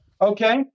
okay